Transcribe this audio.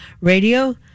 radio